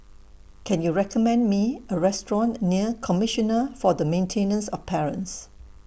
Can YOU recommend Me A Restaurant near Commissioner For The Maintenance of Parents